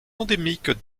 endémiques